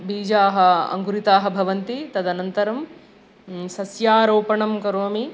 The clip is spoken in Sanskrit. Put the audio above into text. बीजाः अङ्कुरिताः भवन्ति तदनन्तरं सस्यारोपणं करोमि